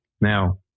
now